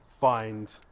find